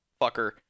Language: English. fucker